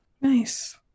Nice